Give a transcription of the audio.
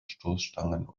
stoßstangen